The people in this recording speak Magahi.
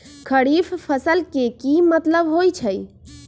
खरीफ फसल के की मतलब होइ छइ?